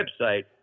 website